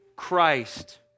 Christ